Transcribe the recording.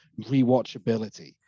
rewatchability